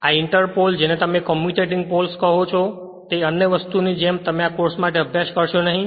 આ inter pole જેને તમે કમ્યુટેટિંગ પોલ્સ કહો છો તે અને અન્ય વસ્તુઓ જે તમે આ કોર્સ માટે અભ્યાસ કરશો નહી